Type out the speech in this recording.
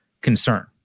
concern